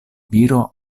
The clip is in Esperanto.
viro